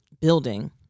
building